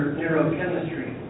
neurochemistry